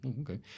Okay